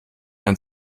ein